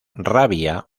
rabia